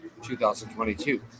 2022